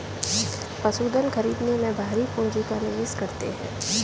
पशुधन खरीदने में भारी पूँजी का निवेश करते हैं